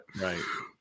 Right